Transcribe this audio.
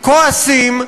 כועסים,